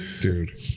Dude